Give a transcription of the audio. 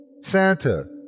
Santa